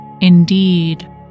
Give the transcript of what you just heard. indeed